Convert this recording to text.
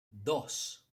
dos